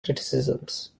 criticisms